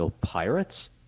Pirates